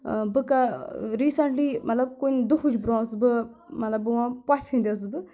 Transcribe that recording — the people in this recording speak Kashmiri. بہٕ کہَ ریٖسینٛٹلی مطلب کُنہِ دُہٕچ برونٛہہ ٲسٕس بہٕ مَطلب بہٕ وَنہٕ پۄفہِ ہِنٛدِ ٲسٕس بہٕ